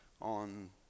on